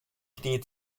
knie